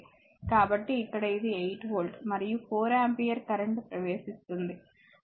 కాబట్టి ఇక్కడ ఇది 8 వోల్ట్ మరియు 4 ఆంపియర్ కరెంట్ ప్రవేశిస్తుంది ఎందుకంటే I 4